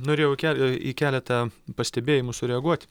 norėjau į ke į keletą pastebėjimų sureaguot